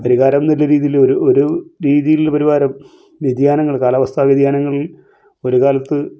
പരിഹാരം എന്ന രീതീൽ ഒരു ഒരു രീതിൽ പരിഹാരം വ്യതിയാനങ്ങൾ കാലാവസ്ഥാ വ്യതിയാനങ്ങൾ ഒരു കാലത്ത്